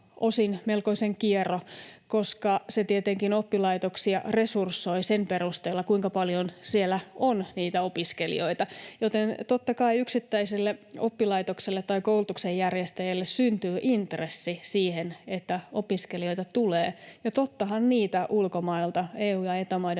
melkoisen kiero, koska se tietenkin oppilaitoksia resursoi sen perusteella, kuinka paljon siellä on opiskelijoita, joten totta kai yksittäiselle oppilaitokselle tai koulutuksen järjestäjälle syntyy intressi siihen, että opiskelijoita tulee, ja tottahan niitä ulkomailta, EU- ja Eta-maiden